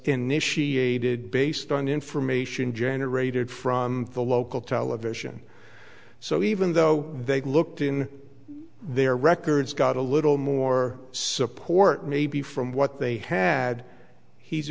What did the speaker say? initiated based on information generated from the local television so even though they looked in their records got a little more support maybe from what they had he's